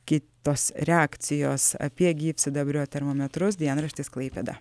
kitos reakcijos apie gyvsidabrio termometrus dienraštis klaipėda